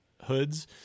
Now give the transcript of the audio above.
hoods